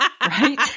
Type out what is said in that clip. Right